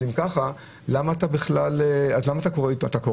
אז אם כך, למה אתה קורא עיתון?